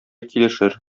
килешер